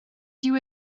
dyw